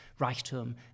Reichtum